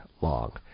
long